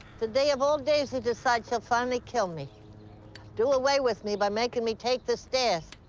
today of all days, he decides he'll finally kill me do away with me by making me take the stairs.